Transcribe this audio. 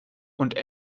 und